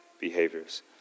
behaviors